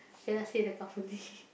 cannot say the company